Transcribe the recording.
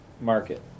market